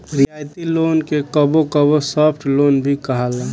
रियायती लोन के कबो कबो सॉफ्ट लोन भी कहाला